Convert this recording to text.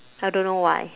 I don't know why